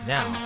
Now